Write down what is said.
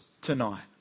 tonight